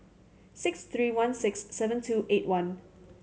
six three one six seven two eight one